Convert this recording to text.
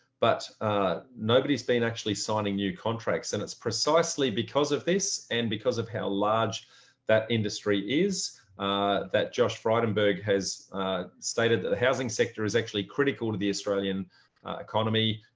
but nobody's been actually signing new contracts. and it's precisely because of this. and because of how large that industry is that josh frydenberg has stated that the housing sector is actually critical to the australian economy.